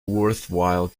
worthwhile